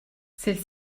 celle